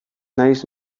naiz